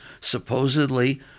Supposedly